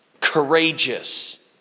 Courageous